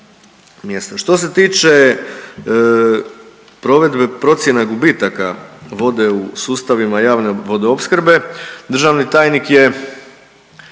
Što se tiče provedbe procjene gubitaka vode u sustavima javne vodoopskrbe državni tajnik je